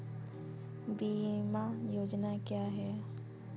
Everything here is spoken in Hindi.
बीमा योजना क्या है?